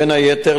בין היתר,